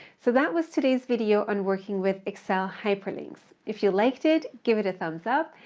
so that was today's video on working with excel hyperlinks. if you liked it, give it a thumbs-up.